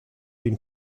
d’une